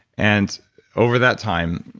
and over that time,